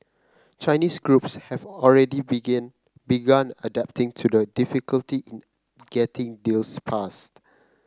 Chinese groups have already begin begun adapting to the difficulty in getting deals passed